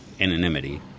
anonymity